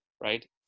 right